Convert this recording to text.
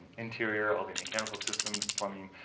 interior. all the mechanical systems, plumbing,